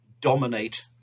dominate